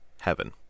heaven